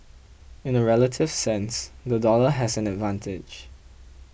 in a relative sense the dollar has an advantage